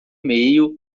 meio